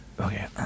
Okay